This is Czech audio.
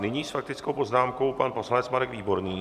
Nyní s faktickou poznámkou poslanec Marek Výborný.